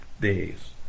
days